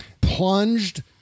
plunged